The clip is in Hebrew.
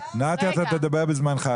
נתי, אתה תדבר בזמנך.